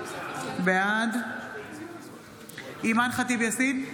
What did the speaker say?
בעד אימאן ח'טיב יאסין,